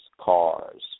cars